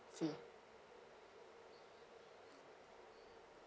fee